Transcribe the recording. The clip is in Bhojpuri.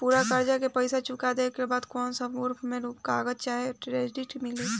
पूरा कर्जा के पईसा चुका देहला के बाद कौनो प्रूफ के रूप में कागज चाहे सर्टिफिकेट मिली?